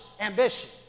ambition